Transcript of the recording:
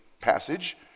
passage